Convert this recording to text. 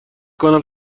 کنم